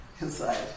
inside